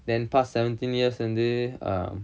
then past seventeen years வந்து:vanthu um